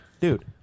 Dude